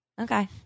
Okay